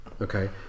Okay